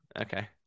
Okay